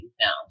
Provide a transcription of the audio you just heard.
now